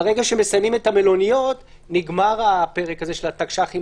ברגע שמסיימים את המלוניות נגמר הפרק הזה של התקש"חים